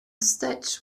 stitch